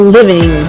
Living